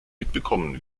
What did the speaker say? mitbekommen